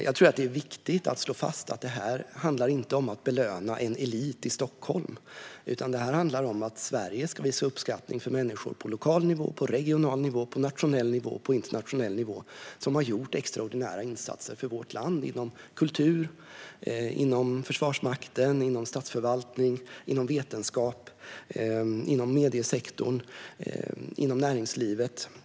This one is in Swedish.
Jag tror att det är viktigt att slå fast att det här inte handlar om att belöna en elit i Stockholm utan att det handlar om att Sverige ska visa uppskattning för människor på lokal, regional, nationell och internationell nivå som har gjort extraordinära insatser för vårt land inom kultur, Försvarsmakten, statsförvaltningen, vetenskap, mediesektorn och näringslivet.